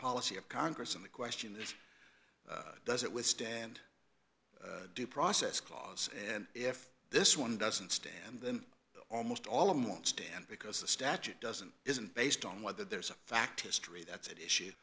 policy of congress and the question is does it withstand due process clause and if this one doesn't stand then almost all of them won't stand because the statute doesn't isn't based on whether there's a fact history that's at issue